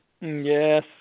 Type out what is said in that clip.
Yes